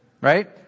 right